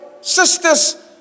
sisters